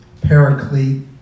paraclete